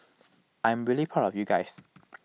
I'm really proud of you guys